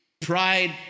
pride